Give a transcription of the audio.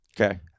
Okay